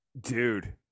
Dude